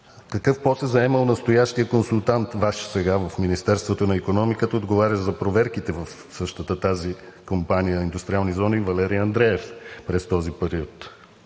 какъв пост е заемал настоящият консултант – Ваш сега в Министерството на икономиката, отговарящ за проверките в същата тази Компания индустриални зони – Валери Андреев през този период?